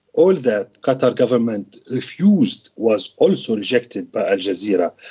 all the qatar government refused was also rejected by al jazeera.